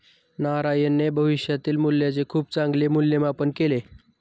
नारायणने भविष्यातील मूल्याचे खूप चांगले मूल्यमापन केले